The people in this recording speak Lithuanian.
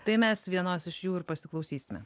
tai mes vienos iš jų ir pasiklausysime